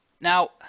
Now